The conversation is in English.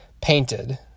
painted